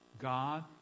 God